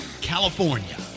California